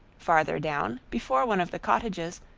farther down, before one of the cottages,